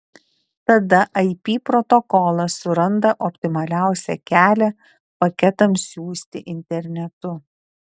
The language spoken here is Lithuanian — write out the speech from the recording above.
tada ip protokolas suranda optimaliausią kelią paketams siųsti internetu